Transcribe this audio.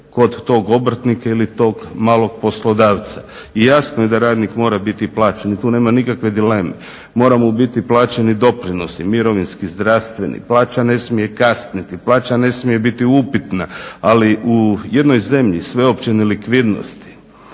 kod tog obrtnika ili tog malog poslodavca. I jasno je da radnik mora biti plaćen i tu nema nikakve dileme. Moraju mu biti plaćeni doprinosi mirovinski, zdravstveni, plaća ne smije kasniti, plaća ne smije biti upitna. Ali u jednoj zemlji sveopće nelikvidnosti